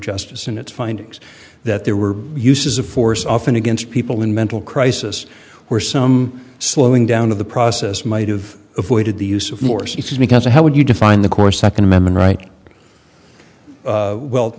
justice in its findings that there were uses of force often against people in mental crisis where some slowing down of the process might of avoided the use of more speeches because of how would you define the core second amendment right well